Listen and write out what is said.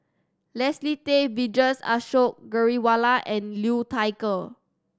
Leslie Tay Vijesh Ashok Ghariwala and Liu Thai Ker